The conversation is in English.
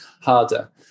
harder